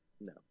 No